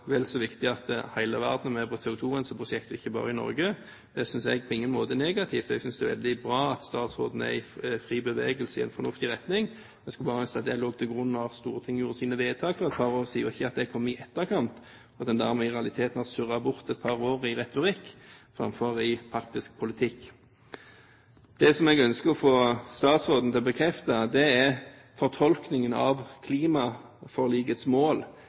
vel så viktig at hele verden er med på CO2-renseprosjekter, ikke bare Norge. Det synes jeg på ingen måte er negativt – jeg synes det er veldig bra at statsråden er i fri bevegelse i en fornuftig retning. Jeg skulle bare ønske at det hadde ligget til grunn da Stortinget gjorde sine vedtak for et par år siden, og ikke at det kom i etterkant. Da har man i realiteten surret bort et par år i retorikk, framfor i praktisk politikk. Det jeg ønsker å få statsråden til å bekrefte, er fortolkningen av klimaforlikets mål.